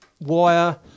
wire